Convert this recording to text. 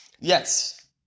Yes